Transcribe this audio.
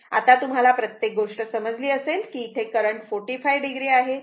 आता तुम्हाला प्रत्येक गोष्ट समजली असेल की इथे करंट 45 o आहे